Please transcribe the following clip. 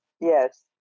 yes